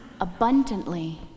abundantly